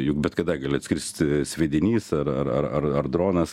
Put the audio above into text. juk bet kada gali atskristi sviedinys ar ar ar ar ar dronas